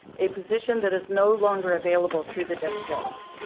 a position that is no longer available through the district.